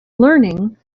learning